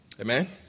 Amen